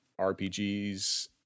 RPGs